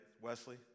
Wesley